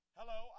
Hello